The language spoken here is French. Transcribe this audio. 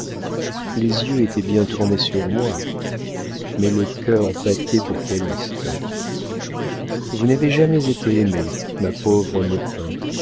les yeux étaient bien tournés sur moi mais le cœur battait pour calyste vous n'avez jamais été aimée ma pauvre